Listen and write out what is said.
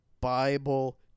bible